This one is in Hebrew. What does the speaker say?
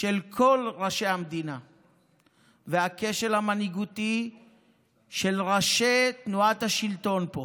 של כל ראשי המדינה והכשל המנהיגותי של ראשי תנועת השלטון פה